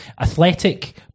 athletic